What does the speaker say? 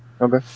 Okay